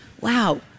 wow